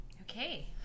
Okay